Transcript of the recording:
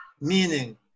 Meaning